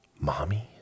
mommy